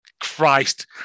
Christ